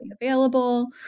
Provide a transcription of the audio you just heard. available